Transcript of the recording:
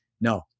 No